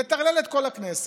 לטרלל את כל הכנסת,